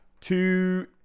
two